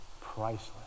Priceless